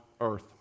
earth